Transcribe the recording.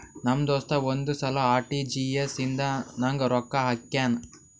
ನಮ್ ದೋಸ್ತ ಒಂದ್ ಸಲಾ ಆರ್.ಟಿ.ಜಿ.ಎಸ್ ಇಂದ ನಂಗ್ ರೊಕ್ಕಾ ಹಾಕ್ಯಾನ್